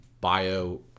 Bio